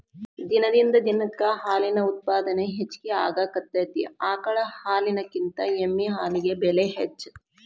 ದಿನದಿಂದ ದಿನಕ್ಕ ಹಾಲಿನ ಉತ್ಪಾದನೆ ಹೆಚಗಿ ಆಗಾಕತ್ತತಿ ಆಕಳ ಹಾಲಿನಕಿಂತ ಎಮ್ಮಿ ಹಾಲಿಗೆ ಬೆಲೆ ಹೆಚ್ಚ